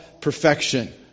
perfection